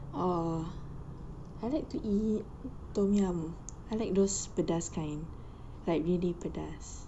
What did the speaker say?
oh I like to eat tom yum I like those pedas kind like really pedas